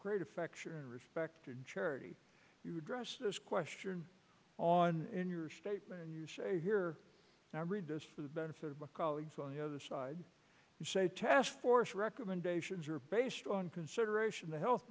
great affection and respect and charity you addressed this question on in your statement and you say here and i read this for the benefit of my colleagues on the other side you say task force recommendations are based on consideration the health